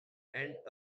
and